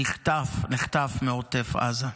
שנחטף מעוטף עזה,